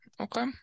Okay